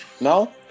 No